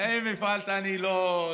אם הפעלת, אני לא,